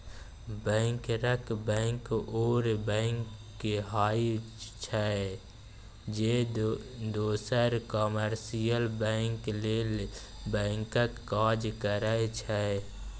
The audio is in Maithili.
बैंकरक बैंक ओ बैंक होइ छै जे दोसर कामर्शियल बैंक लेल बैंकक काज करै छै